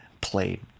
played